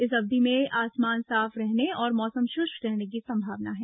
इस अवधि में आसमान साफ रहने और मौसम शुष्क रहने की संभावना है